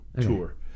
tour